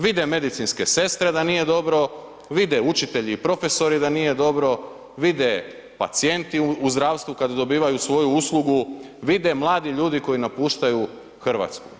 Vide medicinske sestre da nije dobro, vide učitelji i profesori da nije dobro, vide pacijenti u zdravstvu kada dobivaju svoju uslugu, vide mladi ljudi koji napuštaju Hrvatsku.